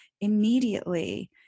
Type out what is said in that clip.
immediately